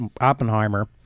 Oppenheimer